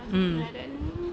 um